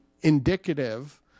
indicative